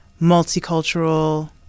multicultural